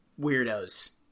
weirdos